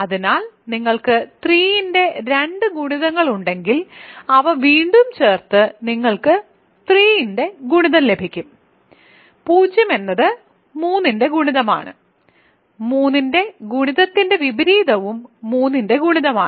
അതിനാൽ നിങ്ങൾക്ക് 3ന്റെ 2 ഗുണിതങ്ങളുണ്ടെങ്കിൽ അവ വീണ്ടും ചേർത്ത് നിങ്ങൾക്ക് 3ന്റെ ഗുണിതം ലഭിക്കും 0 എന്നത് 3ന്റെ ഗുണിതമാണ് 3 ന്റെ ഗുണിതത്തിന്റെ വിപരീതവും 3ന്റെ ഗുണിതമാണ്